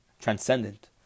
transcendent